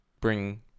bring